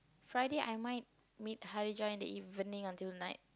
Friday I might meet Harijah in the evening until night